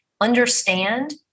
understand